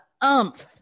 ump